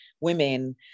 women